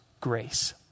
grace